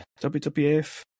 WWF